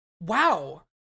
Wow